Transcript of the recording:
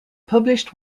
published